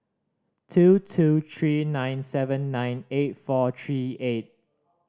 two two three nine seven nine eight four three eight